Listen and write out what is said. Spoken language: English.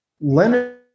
Leonard